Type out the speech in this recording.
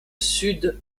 sud